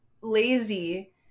lazy